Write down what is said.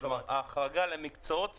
ההחרגה למקצועות ספציפיים?